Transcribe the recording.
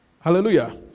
Hallelujah